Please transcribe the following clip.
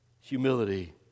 Humility